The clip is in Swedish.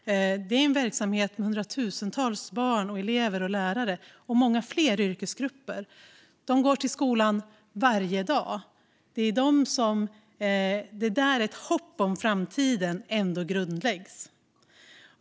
Det är en verksamhet med hundratusentals barn, elever och lärare och många fler yrkesgrupper. De går till skolan varje dag. Det är där ett hopp om framtiden grundläggs.